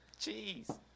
Jeez